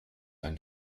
ein